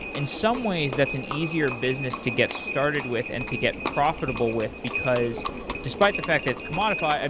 in some ways that's an easier business to get started with and to get profitable with because despite the fact it's commoditized,